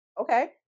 okay